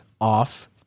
off